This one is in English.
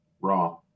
Raw